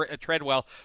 Treadwell